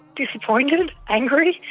disappointed, angry.